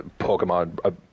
Pokemon